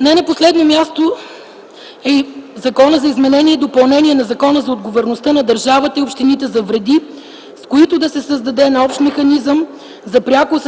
Не на последно място е и Законопроектът за изменение и допълнение на Закона за отговорността на държавата и общините за вреди, с който да се създаде нов механизъм за пряко